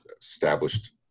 established